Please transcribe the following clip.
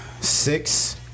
six